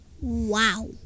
Wow